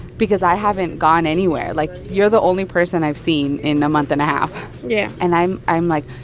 because i haven't gone anywhere. like, you're the only person i've seen in a month and a half yeah and i'm i'm like,